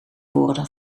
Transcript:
woorden